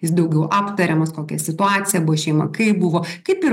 jis daugiau aptariamas kokia situacija buvo šeima kaip buvo kaip ir